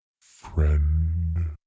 friend